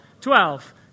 Twelve